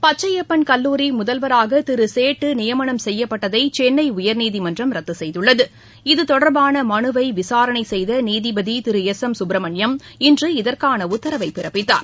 பச்சையப்பள் கல்லூரி முதல்வராக திரு சேட்டு நியமனம் செய்யப்பட்டதை சென்னை உயர்நீதிமன்றம் ரத்து செய்துள்ளது இத்தொடர்பான மனுவை விசாரணை செய்த நீதிபதி திரு எஸ் எம் சுப்ரமணியம் இன்று இதற்கான உத்தரவை பிறப்பித்தார்